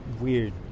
weird